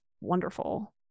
wonderful